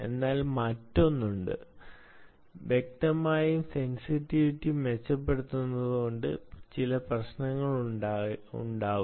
എന്നാൽ മറ്റൊന്ന് ഉണ്ട് വ്യക്തമായും സെന്സിറ്റിവിറ്റി മെച്ചപ്പെടുത്തുന്നതുകൊണ്ട് ചില പ്രശ്നങ്ങൾ ഉണ്ടാകേണ്ടതുണ്ട്